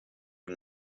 und